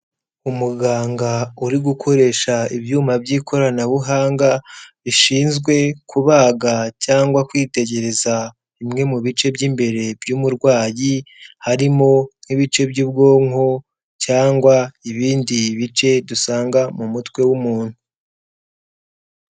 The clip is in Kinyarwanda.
Umuganga uri gukoresha ibyuma by'ikoranabuhanga bishinzwe kubaga cyangwa kwitegereza bimwe mu bice by'imbere by'umurwayi, harimo nk'ibice by'ubwonko cyangwa ibindi bice dusanga mu mutwe w'umuntu.